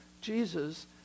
Jesus